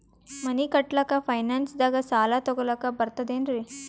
ಮನಿ ಕಟ್ಲಕ್ಕ ಫೈನಾನ್ಸ್ ದಾಗ ಸಾಲ ತೊಗೊಲಕ ಬರ್ತದೇನ್ರಿ?